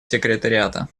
секретариата